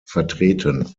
vertreten